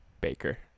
baker